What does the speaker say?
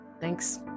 thanks